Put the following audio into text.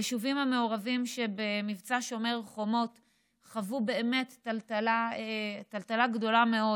היישובים המעורבים באמת חוו טלטלה גדולה מאוד